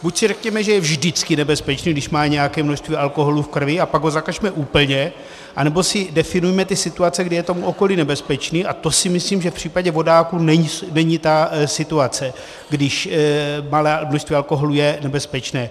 Buď si řekněme, že je vždycky nebezpečný, když má nějaké množství alkoholu v krvi, a pak ho zakažme úplně, anebo si definujme ty situace, kdy je tomu okolí nebezpečný, a to si myslím, že v případě vodáků není ta situace, kdy malé množství alkoholu je nebezpečné.